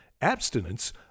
abstinence